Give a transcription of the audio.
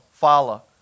follow